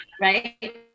Right